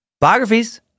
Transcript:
biographies